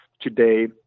today